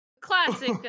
Classic